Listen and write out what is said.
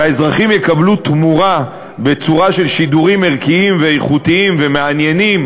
והאזרחים יקבלו תמורה בצורה של שידורים ערכיים ואיכותיים ומעניינים